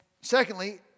secondly